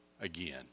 again